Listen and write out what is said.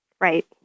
Right